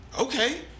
Okay